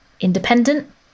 Independent